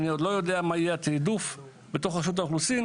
אני עוד לא יודע מה יהיה התעדוף בתוך רשות האוכלוסין,